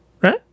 right